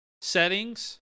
settings